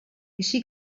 així